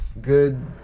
good